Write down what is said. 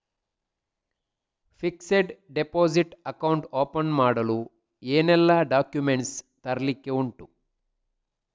Fixed deposit account open ಮಾಡಲು ಏನೆಲ್ಲಾ documents ತರ್ಲಿಕ್ಕೆ ಉಂಟು?